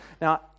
Now